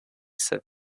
said